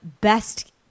best